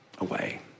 away